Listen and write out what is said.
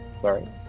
sorry